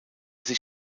sich